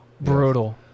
Brutal